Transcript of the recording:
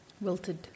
wilted